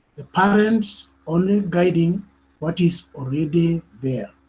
the parent's only guiding what is already there,